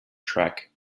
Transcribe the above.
track